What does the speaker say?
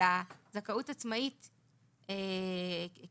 אלא זכאות עצמאית בעצם,